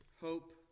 hope